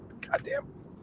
Goddamn